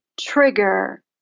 trigger